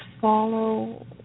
follow